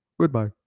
Goodbye